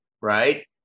Right